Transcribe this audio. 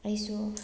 ꯑꯩꯁꯨ